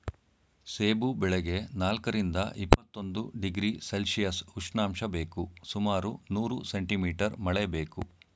ಸೇಬು ಬೆಳೆಗೆ ನಾಲ್ಕರಿಂದ ಇಪ್ಪತ್ತೊಂದು ಡಿಗ್ರಿ ಸೆಲ್ಶಿಯಸ್ ಉಷ್ಣಾಂಶ ಬೇಕು ಸುಮಾರು ನೂರು ಸೆಂಟಿ ಮೀಟರ್ ಮಳೆ ಬೇಕು